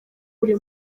buri